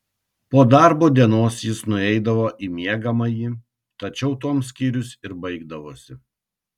po darbo dienos jis nueidavo į miegamąjį tačiau tuom skyrius ir baigdavosi